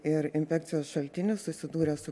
ir infekcijos šaltinis susidūręs su